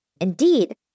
Indeed